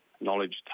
knowledge